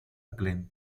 acclaim